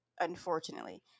unfortunately